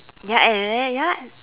ya and and and ya